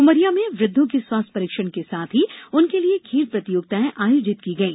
उमरिया में वृद्वों के स्वास्थ परीक्षण के साथ ही उनके लिए खेल प्रतियोगिताएं आयोजित की गई